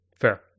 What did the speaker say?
Fair